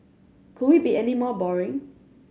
could we be any more boring